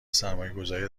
سرمایهگذاری